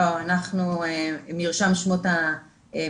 אנחנו עם מרשם שמות המתחם,